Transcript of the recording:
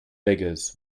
beggars